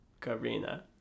Karina